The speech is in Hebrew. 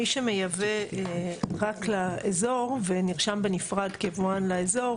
מי שמייבא רק לאזור ונרשם בנפרד כיבואן לאזור,